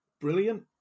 brilliant